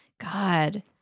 God